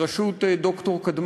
לשלום הילד, בראשות ד"ר קדמן,